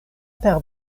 per